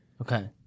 Okay